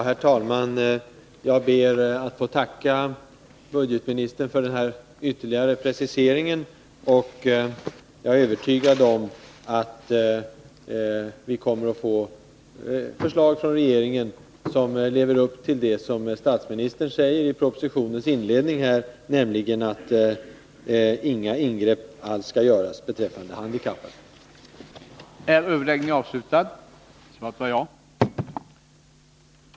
Herr talman! Jag ber att få tacka budgetministern för den här ytterligare preciseringen. Jag är övertygad om att vi kommer att få förslag från regeringen som lever upp till vad statsministern säger i propositionens inledning, nämligen att inga ingrepp alls skall göras beträffande handikappade. betydelse för socialt svaga grupper